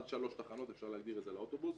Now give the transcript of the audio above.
עד שלוש תחנות אפשר להגדיר את זה על אוטובוס.